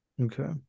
okay